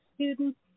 students